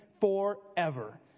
forever